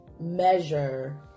measure